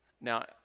Now